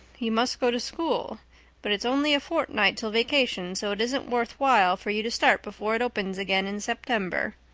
you must go to school but it's only a fortnight till vacation so it isn't worth while for you to start before it opens again in september.